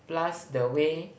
plus the way